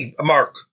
Mark